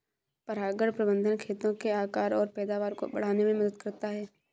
परागण प्रबंधन खेतों के आकार और पैदावार को बढ़ाने में मदद करता है